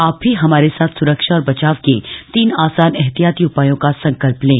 आप भी हमारे साथ सुरक्षा और बचाव के तीन आसान उपायों का संकल्प लें